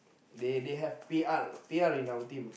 they they have P_R P_R in our team